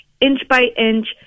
inch-by-inch